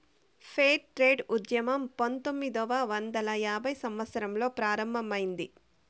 fair trade ఉద్యమం పంతొమ్మిదవ వందల యాభైవ సంవత్సరంలో ప్రారంభమైంది